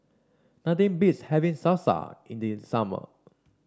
nothing beats having Salsa in the summer